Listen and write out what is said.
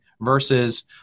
versus